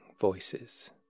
Voices